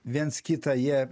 viens kitą jie